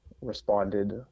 responded